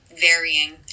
varying